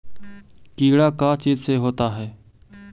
कीड़ा का चीज से होता है?